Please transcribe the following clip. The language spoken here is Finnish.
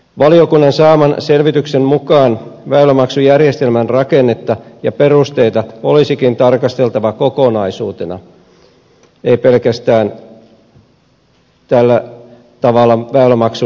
valiokunnan saaman selvityksen mukaan väylämaksujärjestelmän rakennetta ja perusteita olisikin tarkasteltava kokonaisuutena ei pelkästään tällä tavalla väylämaksun korottamisena